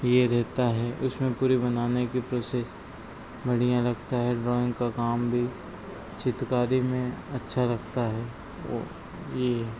ये रहता है उसमें पूरे बनाने की प्रोसेस बढ़िया लगता है ड्रॉइंग का काम भी चित्रकारी में अच्छा लगता है ओ ये है